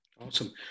Awesome